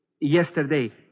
Yesterday